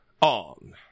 on